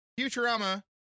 Futurama